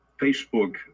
Facebook